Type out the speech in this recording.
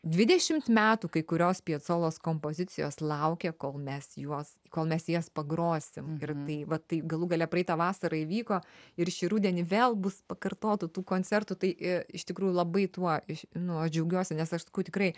dvidešimt metų kai kurios piacolos kompozicijos laukė kol mes juos kol mes jas pagrosim ir tai va tai galų gale praeitą vasarą įvyko ir šį rudenį vėl bus pakartota tų koncertų tai iš e tikrųjų labai tuo iš nu aš džiaugiuosi nes aš sakau tikrai